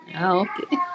Okay